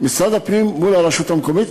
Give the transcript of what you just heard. משרד הפנים מול הרשות המקומית.